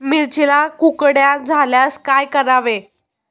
मिरचीला कुकड्या झाल्यास काय करावे?